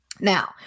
Now